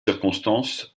circonstance